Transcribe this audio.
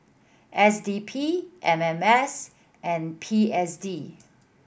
S D P M M S and P S D